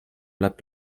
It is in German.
bleibt